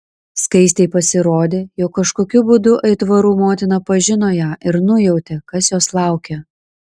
skaistei pasirodė jog kažkokiu būdu aitvarų motina pažino ją ir nujautė kas jos laukia